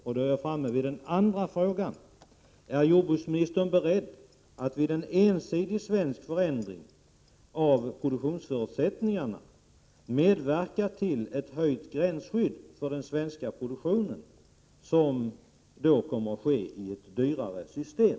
Därmed är jag framme vid den andra frågan: Är jordbruksministern beredd att vid en ensidig svensk förändring av produktionsförutsättningarna medverka till en höjning av gränsskyddet för den svenska produktionen, som då kommer att ske i ett dyrare system?